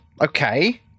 Okay